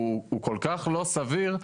הוא כל כך לא סביר.